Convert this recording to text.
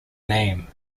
name